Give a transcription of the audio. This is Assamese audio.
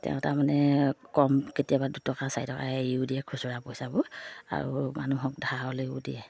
তেওঁ তাৰমানে কম কেতিয়াবা দুটকা চাৰি টকা এৰিও দিয়ে খুচুৰা পইচাবোৰ আৰু মানুহক ধাৰলেও দিয়ে